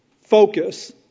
focus